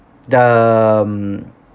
the mm